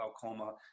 glaucoma